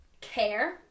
Care